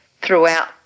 throughout